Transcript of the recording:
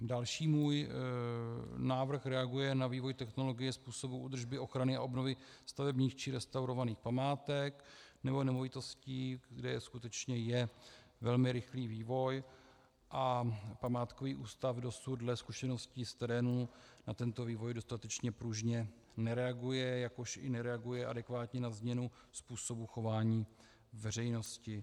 Další můj návrh reaguje na vývoj technologie, způsobu údržby, ochrany a obnovy stavebních či restaurovaných památek neboli nemovitostí, kde skutečně je velmi rychlý vývoj, a památkový ústav dosud dle zkušeností z terénu na tento vývoj dostatečně pružně nereaguje, jakož i nereaguje adekvátně na změnu způsobu chování veřejnosti.